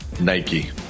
Nike